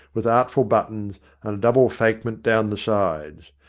with artful buttons and a double fakement down the sides.